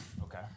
Okay